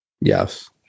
Yes